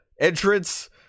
entrance